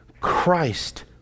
Christ